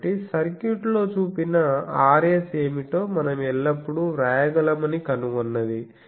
కాబట్టి సర్క్యూట్లో చూపిన Rs ఏమిటో మనం ఎల్లప్పుడూ వ్రాయగలమని కనుగొన్నది